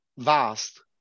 vast